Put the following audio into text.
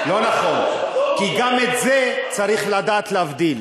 נכון, לא נכון, כי גם את זה צריך לדעת להבדיל.